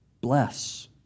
bless